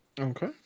Okay